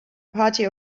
party